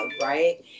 right